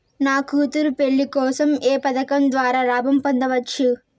నా కూతురు పెళ్లి కోసం ఏ పథకం ద్వారా లాభం పొందవచ్చు?